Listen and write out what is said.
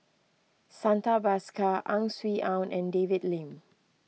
Santha Bhaskar Ang Swee Aun and David Lim